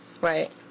right